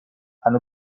and